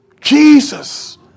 Jesus